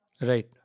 Right